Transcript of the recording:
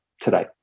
today